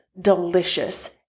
delicious